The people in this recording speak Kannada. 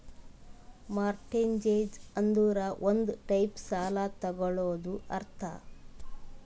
ಮಾರ್ಟ್ಗೆಜ್ ಅಂದುರ್ ಒಂದ್ ಟೈಪ್ ಸಾಲ ತಗೊಳದಂತ್ ಅರ್ಥ